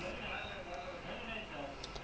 but that's not his usual lah usually when